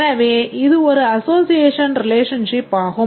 எனவே இது ஒரு அசோசியேஷன் ரிலேஷன்ஷிப் ஆகும்